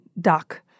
duck